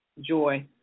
Joy